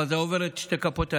אבל זה עובר את שתי כפות הידיים,